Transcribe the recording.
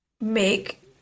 make